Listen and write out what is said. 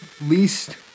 least